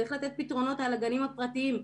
צריך לתת פתרונות לגנים הפרטיים.